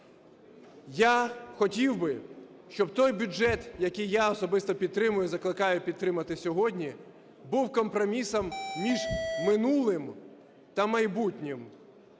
Я хотів би, щоб той бюджет, який я особисто підтримую і закликаю підтримати сьогодні, був компромісом між минулим та майбутнім,